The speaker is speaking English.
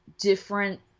different